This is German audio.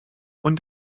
und